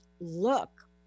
look